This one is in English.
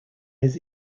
his